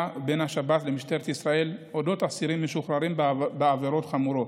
בין השב"ס למשטרת ישראל על אודות אסירים משוחררים בעבירות חמורות.